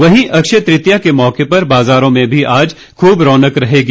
वहीं अक्षय तृतीया के मौके पर बाजारों में भी आज खूब रौनक रहेगी